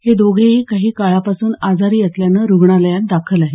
हे दोघेही काही काळापासून आजारी असल्यानं रुग्णालयात दाखल आहेत